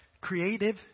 creative